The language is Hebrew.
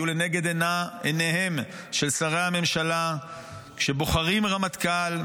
יהיו לנגד עיניהם של שרי הממשלה כשבוחרים רמטכ"ל.